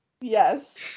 Yes